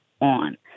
on